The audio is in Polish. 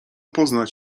poznać